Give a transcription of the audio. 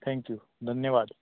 thank you धन्यवाद